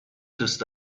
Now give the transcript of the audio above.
دوست